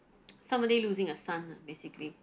somebody losing a son ah basically